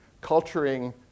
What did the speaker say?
culturing